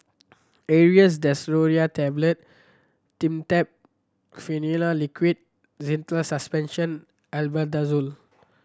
Aerius DesloratadineTablet Dimetapp Phenylephrine Liquid Zental Suspension Albendazole